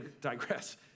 digress